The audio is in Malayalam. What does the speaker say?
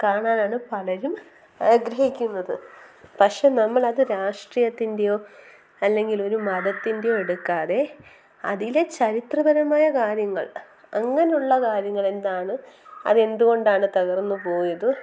കാണാനാണ് പലരും ആഗ്രഹിക്കുന്നത് പക്ഷേ നമ്മളത് രാഷ്ട്രീയത്തിന്റെയോ അല്ലെങ്കിൽ ഒരു മതത്തിന്റെയോ എടുക്കാതെ അതിലെ ചരിത്രപരമായ കാര്യങ്ങൾ അങ്ങനെയുള്ള കാര്യങ്ങൾ എന്താണ് അത് എന്തുകൊണ്ടാണ് തകർന്ന് പോയത്